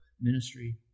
ministry